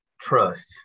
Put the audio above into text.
trust